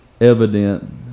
evident